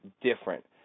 different